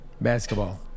basketball